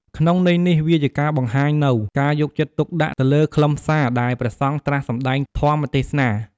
ក្នុងន័យនេះវាជាការបង្ហាញនូវ ការយកចិត្តទុកដាក់ ទៅលើខ្លឹមសារដែលព្រះសង្ឃត្រាស់សម្តែងធម្មទេសនា។